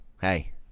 hey